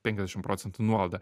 penkiasdešimt procentų nuolaidą